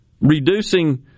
reducing